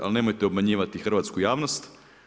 Ali nemojte obmanjivati hrvatsku javnost.